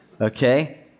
okay